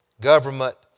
government